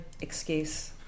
excuse